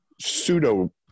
pseudo